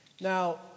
Now